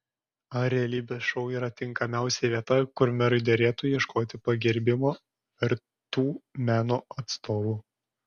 ar realybės šou yra tinkamiausia vieta kur merui derėtų ieškoti pagerbimo vertų meno atstovų